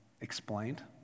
explained